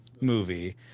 movie